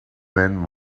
man